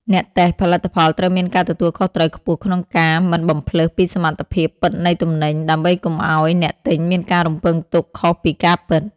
អ្នកតេស្តផលិតផលត្រូវមានការទទួលខុសត្រូវខ្ពស់ក្នុងការមិនបំផ្លើសពីសមត្ថភាពពិតនៃទំនិញ ដើម្បីកុំឱ្យអ្នកទិញមានការរំពឹងទុកខុសពីការពិត។